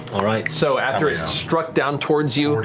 all right, so after it struck down towards you, but